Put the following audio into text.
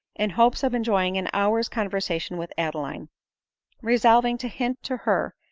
in hopes of enjoying an hour's conversation with adeline resolving to hint to her,